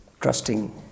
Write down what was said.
trusting